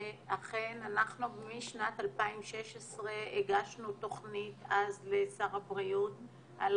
אכן אנחנו משנת 2016 הגשנו תוכנית אז לשר הבריאות על